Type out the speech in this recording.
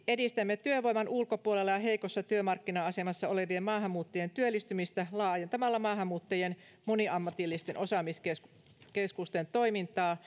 edistämme työvoiman ulkopuolella ja heikossa työmarkkina asemassa olevien maahanmuuttajien työllistymistä laajentamalla maahanmuuttajien moniammatillisten osaamiskeskusten toimintaa